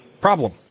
problem